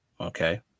Okay